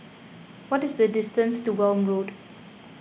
what is the distance to Welm Road